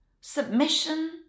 submission